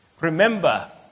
Remember